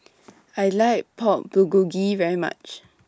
I like Pork Bulgogi very much